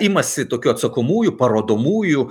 imasi tokių atsakomųjų parodomųjų